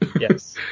Yes